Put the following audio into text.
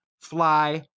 fly